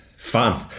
Fun